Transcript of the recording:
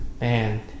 Man